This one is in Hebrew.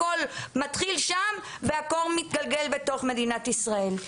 הכול מתחיל שם והכול מתגלגל בתוך מדינת ישראל.